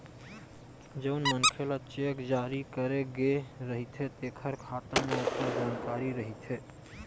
जउन मनखे ल चेक जारी करे गे रहिथे तेखर खाता म ओखर जानकारी रहिथे